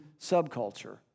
subculture